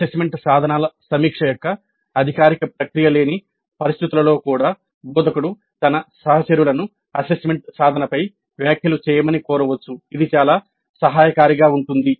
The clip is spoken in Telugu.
అసెస్మెంట్ సాధనాల సమీక్ష యొక్క అధికారిక ప్రక్రియ లేని పరిస్థితులలో కూడా బోధకుడు తన సహచరులను అసెస్మెంట్ సాధనపై వ్యాఖ్యలు చేయమని కోరవచ్చు ఇది చాలా సహాయకారిగా ఉంటుంది